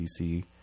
DC